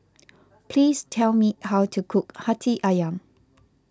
please tell me how to cook Hati Ayam